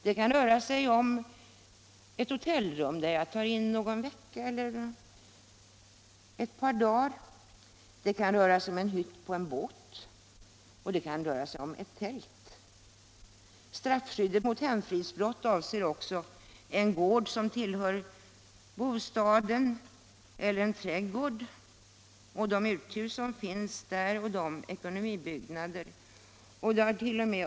Det kan röra sig om ett hotellrum där jag tar in någon vecka eller ett par dagar, det kan röra sig om en hytt på en båt och det kan röra sig om ett tält. Straffskyddet mot hemfridsbrott avser också en gård eller trädgård som tillhör bostaden och de uthus och ekonomibyggnader som finns där.